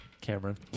Cameron